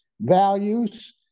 values